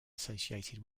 associated